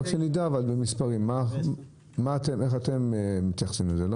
2009. אז מה אצלכם נכלל?